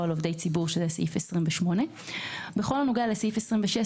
או על עובדי ציבור סעיף 28. בכל הנוגע לסעיף 26,